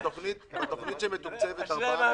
אשרי המאמין.